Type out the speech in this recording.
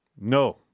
No